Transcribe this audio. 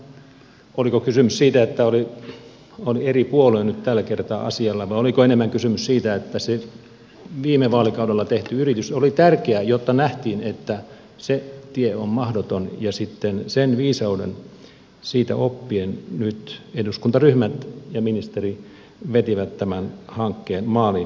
no oliko kysymys siitä että on eri puolue nyt tällä kertaa asialla vai oliko enemmän kysymys siitä että se viime vaalikaudella tehty yritys oli tärkeä jotta nähtiin että se tie on mahdoton ja sitten siitä viisautena oppien nyt eduskuntaryhmät ja ministeri vetivät tämän hankkeen maaliin